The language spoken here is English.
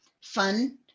fun